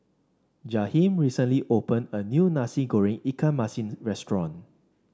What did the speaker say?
Jaheem recently opened a new Nasi Goreng Ikan Masin's restaurant